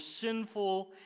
sinful